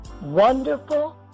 Wonderful